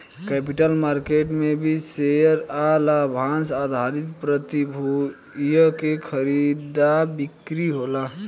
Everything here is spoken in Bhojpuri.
कैपिटल मार्केट में भी शेयर आ लाभांस आधारित प्रतिभूतियन के खरीदा बिक्री होला